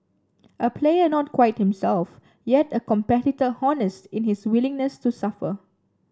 a player not quite himself yet a competitor honest in his willingness to suffer